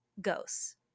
ghosts